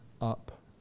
up